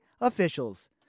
officials